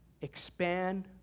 expand